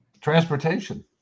transportation